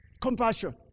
Compassion